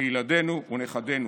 לילדינו ולנכדינו.